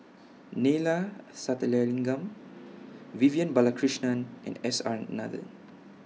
Neila Sathyalingam Vivian Balakrishnan and S R Nathan